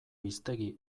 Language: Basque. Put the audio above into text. hiztegi